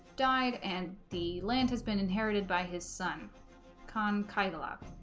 died and the land has been inherited by his son con qaeda lab